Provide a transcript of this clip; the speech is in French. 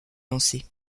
lancée